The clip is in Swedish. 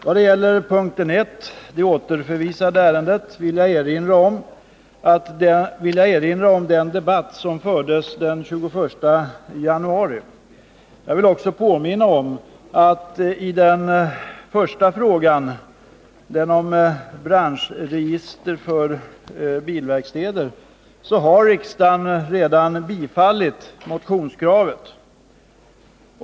Vad gäller punkten 1, det återförvisade ärendet, vill jag erinra om den debatt som fördes den 21 januari. Jag vill också påminna om att riksdagen i den första frågan, den om branschregister för bilverkstäder, redan har bifallit motionskravet.